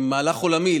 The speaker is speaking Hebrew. מהלך עולמי,